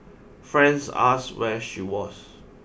friends asked where she was